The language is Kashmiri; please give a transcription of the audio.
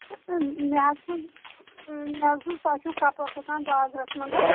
مےٚ حظ بوٗز مےٚ حظ بوٗز تۄہہِ چھُو کَپَر دُکان بازٕرَس منٛز